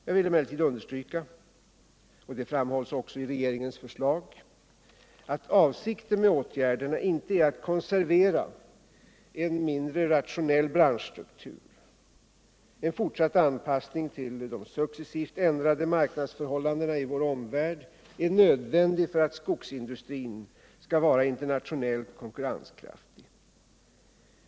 Jag vill emellertid understryka — vilket också framhålls i regeringens förslag — att avsikten med åtgärderna inte är att konservera en mindre rationell branschstruktur. En fortsatt anpassning till de successivt ändrade marknadsförhålllandena i vår omvärld är nödvändig för att skogsindustrin skall vara internationellt konkurrenskraftig.